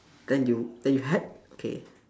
then you then you had K